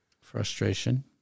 Frustration